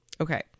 Okay